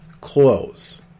close